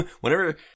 Whenever